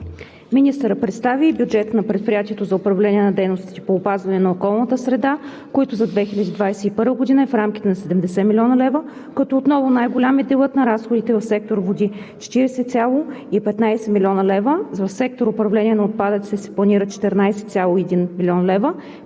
Министърът представи и бюджета на Предприятието за управление на дейностите по опазване на околната среда, който за 2021 г. е в рамките на 70 млн. лв., като отново най-голям е делът на разходите в сектор „Води“ – 40,15 млн. лв. За сектор „Управление на отпадъците“ се планират 14,1 млн. лв.